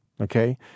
okay